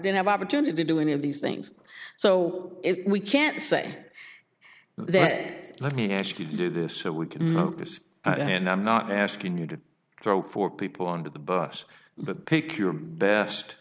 didn't have opportunity to do any of these things so we can't say that let me ask you to do this so we can focus and i'm not asking you to throw four people under the bus but pick your best